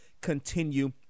continue